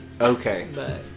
okay